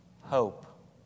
hope